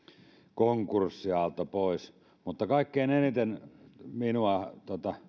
konkurssiaalto pois mutta kaikkein eniten minua